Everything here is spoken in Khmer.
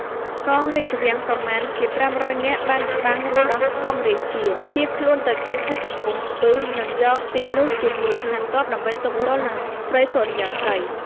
កងរាជវាំងប្រមាណជា ៥០០នាក់ បានច្បាំងរំដោះធម្មរាជា ភៀសខ្លួនទៅកាន់ ខេត្តកំពង់ស្ពឺ និងយកទីនោះជាមូលដ្ឋានទ័ពដើម្បីទប់ទល់និង ស្រីសុរិយោទ័យ ។